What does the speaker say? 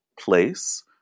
place